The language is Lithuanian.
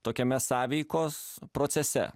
tokiame sąveikos procese